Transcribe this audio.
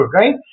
right